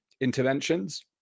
interventions